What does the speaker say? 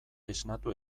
esnatu